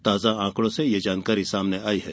ताजा आंकड़ों से यह जानकारी सामने आई है